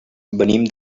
venim